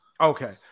okay